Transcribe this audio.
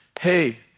Hey